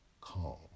calm